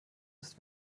ist